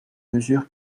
mesure